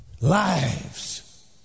lives